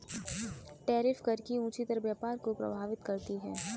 tariff कर की ऊँची दर व्यापार को प्रभावित करती है